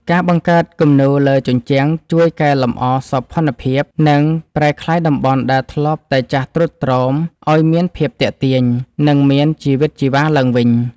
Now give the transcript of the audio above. ការបង្កើតគំនូរលើជញ្ជាំងជួយកែលម្អសោភ័ណភាព និងប្រែក្លាយតំបន់ដែលធ្លាប់តែចាស់ទ្រុឌទ្រោមឱ្យមានភាពទាក់ទាញ និងមានជីវិតជីវ៉ាឡើងវិញ។